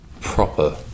proper